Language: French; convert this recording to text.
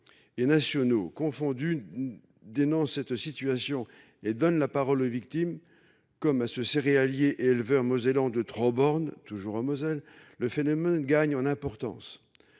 Et nationaux confondus. Dénonce cette situation et donne la parole aux victimes comme à ce céréaliers éleveurs mosellans de trop bornes toujours en Moselle, le phénomène gagne en importance.